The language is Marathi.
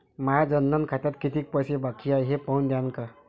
माया जनधन खात्यात कितीक पैसे बाकी हाय हे पाहून द्यान का?